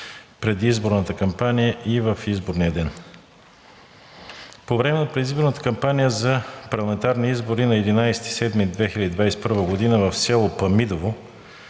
предизборната кампания и в изборния ден. По време на предизборната кампания за парламентарни избори на 11 юли 2021 г. в село Памидово,